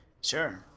Sure